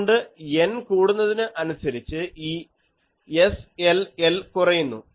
അതുകൊണ്ട് N കൂടുന്നതിന് അനുസരിച്ച് ഈ SLL കുറയുന്നു